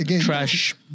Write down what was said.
Trash